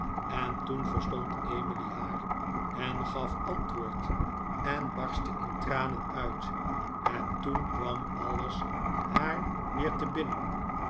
en toen verstond emily haar en gaf antwoord en barstte in tranen uit en toen kwam alles haar weer te binnen